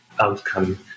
outcome